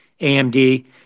amd